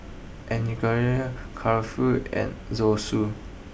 Kulfi and Zosui